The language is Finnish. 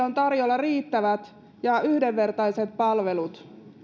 on tarjolla riittävät ja yhdenvertaiset palvelut